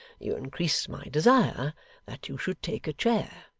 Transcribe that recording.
you increase my desire that you should take a chair